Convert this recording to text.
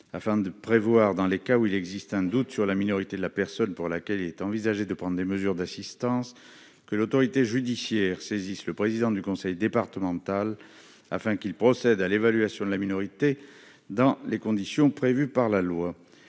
afin de prévoir, dans les cas où il existe un doute sur la minorité de la personne pour laquelle il est envisagé de prendre des mesures d'assistance éducative, que l'autorité judiciaire saisisse le président du conseil départemental afin qu'il procède à l'évaluation de la minorité dans les conditions prévues par la loi.